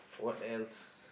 what else